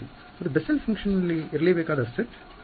ವಿದ್ಯಾರ್ಥಿ ಅದು ಬೆಸೆಲ್ ಫನ್ಕ್ಶ್ ನ್ ನಲ್ಲಿ ಇರಲೇಬೇಕಾದ ಆಫ್ ಸೆಟ್